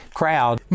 crowd